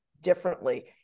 differently